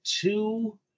two